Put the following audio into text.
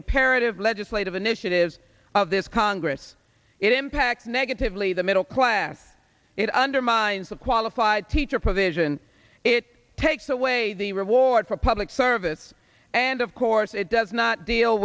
imperative legislative initiatives of this congress it impact negatively the middle class it undermines the qualified teacher provision it takes away the reward for public service and of course it does not deal